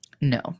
No